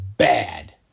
Bad